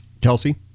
Kelsey